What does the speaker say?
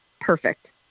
Perfect